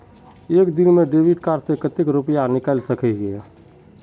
एक दिन में डेबिट कार्ड से कते रुपया निकल सके हिये?